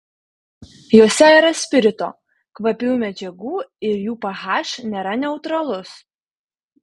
jose yra spirito kvapiųjų medžiagų ir jų ph nėra neutralus